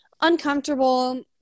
uncomfortable